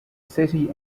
city